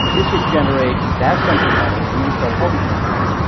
this would generate vast sums of money and we would start a publishing company.